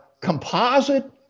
composite